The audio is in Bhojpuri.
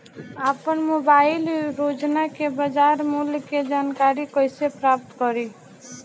आपन मोबाइल रोजना के बाजार मुल्य के जानकारी कइसे प्राप्त करी?